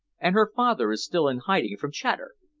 and her father is still in hiding from chater?